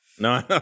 No